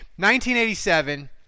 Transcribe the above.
1987